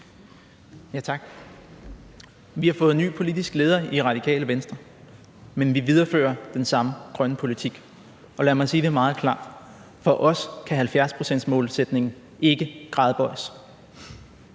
Tak. Vi har fået ny politisk leder i Radikale Venstre, men vi viderefører den samme grønne politik. Og lad mig sige det meget klart: For os kan 70-procentsmålsætningen ikke gradbøjes.